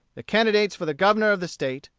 the candidates for the governor of the state,